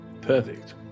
Perfect